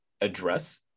address